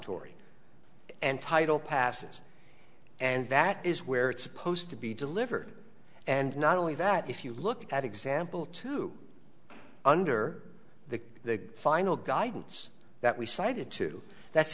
and title passes and that is where it's supposed to be delivered and not only that if you look at that example to under the the final guidance that we cited to that's